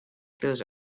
those